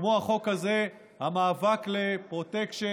כמו החוק הזה, המאבק בפרוטקשן,